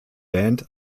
band